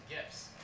gifts